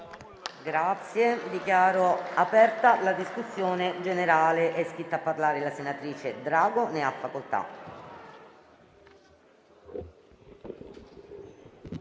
Dichiaro aperta la discussione generale. È iscritta a parlare la senatrice Drago. Ne ha facoltà.